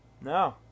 No